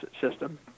system